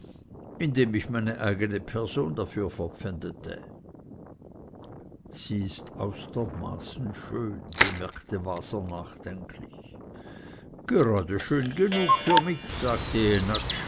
indem ich meine eigene person dafür verpfändete sie ist aus der maßen schön bemerkte waser nachdenklich gerade schön genug für mich sagte